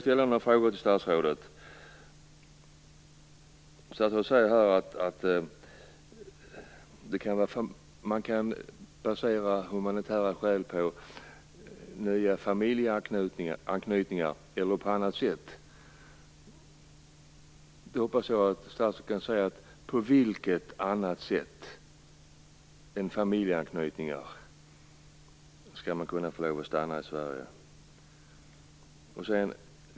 Statsrådet säger här att man kan basera humanitära skäl på nya familjeanknytningar eller på annat sätt. Då hoppas jag att statsrådet kan svara: På vilket annat sätt än med familjeanknytningar skall man kunna få stanna i Sverige?